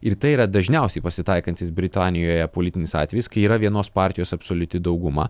ir tai yra dažniausiai pasitaikantis britanijoje politinis atvejis kai yra vienos partijos absoliuti dauguma